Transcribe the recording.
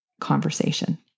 conversation